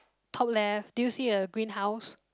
top left do you see a green house